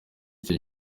ico